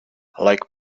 like